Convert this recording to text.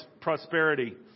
prosperity